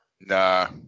nah